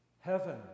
Heaven